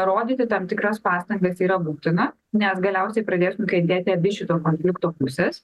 rodyti tam tikras pastangas yra būtina nes galiausiai pradės nukentėti abi šito konflikto pusės